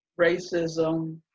racism